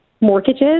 mortgages